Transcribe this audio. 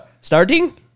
Starting